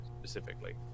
specifically